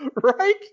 Right